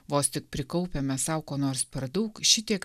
vos tik prikaupiame sau ko nors per daug šitiek